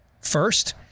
first